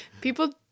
people